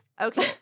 Okay